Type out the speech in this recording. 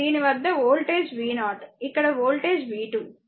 దీని వద్ద voltage v0 ఇక్కడ వోల్టేజ్ v2